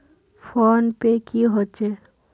Phone पै की होचे?